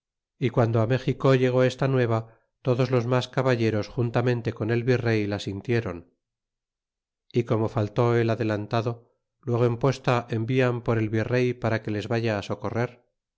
y guando méxico llegó esta nueva todos los mas caballerosjuntamente con el virey la sintieron y como faltó el adelantado luego en posta envian por el virey para que les vaya socorrer